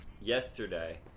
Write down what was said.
yesterday